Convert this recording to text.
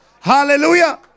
hallelujah